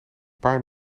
paar